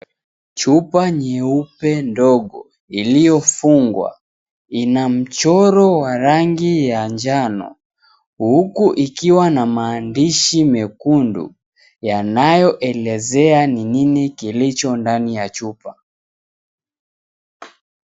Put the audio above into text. Chupa nyeupe ndogo iliyofungwa ina mchoro wa rangi ya njano, huku ikiwa na maandishi mekundu yanayoelezea ni nini kilicho ndani ya chupa.